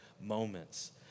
moments